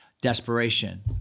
desperation